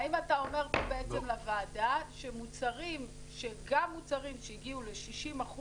האם אתה אומר פה בעצם לוועדה שגם מוצרים שהגיעו ל-60%,